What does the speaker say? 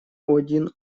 один